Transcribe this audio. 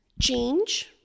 change